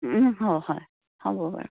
হ হয় হ'ব বাৰু